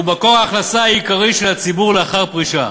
מקור ההכנסה העיקרי של הציבור לאחר פרישה.